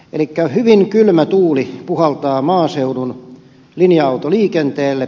elikkä hyvin kylmä tuuli puhaltaa maaseudun linja autoliikenteelle